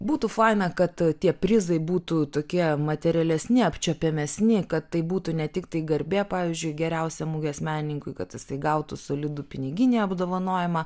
būtų faina kad tie prizai būtų tokie materialesni apčiuopiamesni kad tai būtų ne tiktai garbė pavyzdžiui geriausiam mugės menininkui kad jisai gautų solidų piniginį apdovanojimą